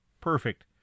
perfect